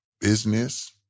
business